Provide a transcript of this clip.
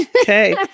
okay